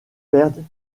perdent